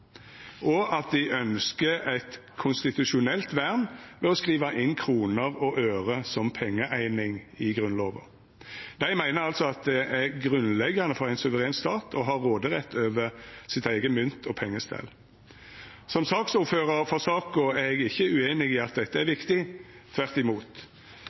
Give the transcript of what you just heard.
og at dei ønskjer eit konstitusjonelt vern ved å skriva inn kroner og øre som pengeeining i Grunnlova. Dei meiner altså det er grunnleggjande for ein suveren stat å ha råderett over sitt eige mynt- og pengestell. Som saksordførar for saka er eg ikkje ueinig i at dette er viktig, tvert imot,